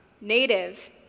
native